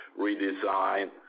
redesign